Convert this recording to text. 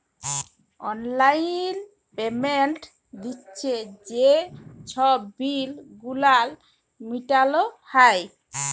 অললাইল পেমেল্ট দিঁয়ে যে ছব বিল গুলান মিটাল হ্যয়